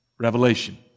Revelation